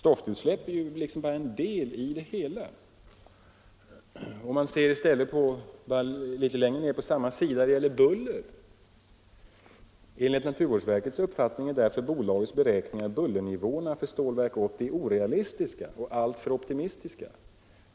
Litet längre ned på samma sida i naturvårdsverkets yttrande anförs när det gäller buller: ”Enligt naturvårdsverkets uppfattning är därför bolagets beräkningar av bullernivåerna för Stålverk 80 orealistiska och alltför optimistiska.